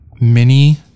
mini